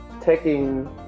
taking